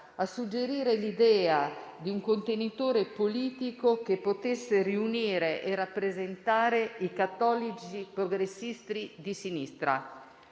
a suggerire l'idea di un contenitore politico che potesse riunire e rappresentare i cattolici progressisti di sinistra: